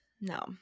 No